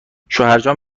شوهرجان